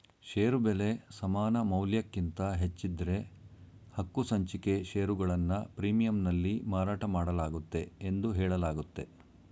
ಷೇರು ಬೆಲೆ ಸಮಾನಮೌಲ್ಯಕ್ಕಿಂತ ಹೆಚ್ಚಿದ್ದ್ರೆ ಹಕ್ಕುಸಂಚಿಕೆ ಷೇರುಗಳನ್ನ ಪ್ರೀಮಿಯಂನಲ್ಲಿ ಮಾರಾಟಮಾಡಲಾಗುತ್ತೆ ಎಂದು ಹೇಳಲಾಗುತ್ತೆ